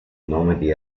nome